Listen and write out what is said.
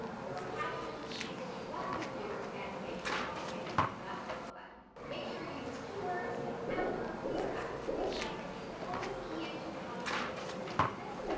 your passions, tells us what you do, and makes us wanna hit that follow button. make sure you use keywords like yeah actor, theater actor, voice actor, that help us key into how you fit into this business,